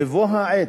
בבוא העת,